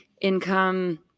income